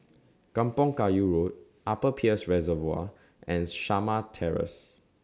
Kampong Kayu Road Upper Peirce Reservoir and Shamah Terrace